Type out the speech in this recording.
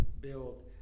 build